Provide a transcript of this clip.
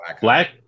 Black